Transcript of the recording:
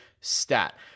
stat